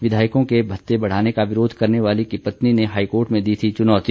विधायकों के भत्ते बढ़ाने का विरोध करने वाली की पत्नी ने हाईकोर्ट में दी थी चुनौती